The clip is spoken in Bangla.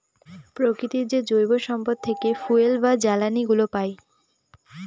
প্রকৃতির যে জৈব সম্পদ থেকে ফুয়েল বা জ্বালানিগুলো পাই